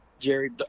Jerry